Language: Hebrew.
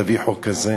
תביא חוק כזה?